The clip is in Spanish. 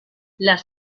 las